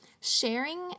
Sharing